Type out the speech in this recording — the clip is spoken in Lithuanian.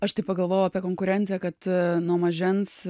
aš taip pagalvojau apie konkurenciją kad nuo mažens